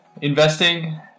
investing